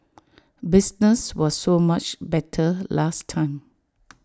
business was so much better last time